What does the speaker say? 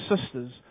sisters